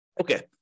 Okay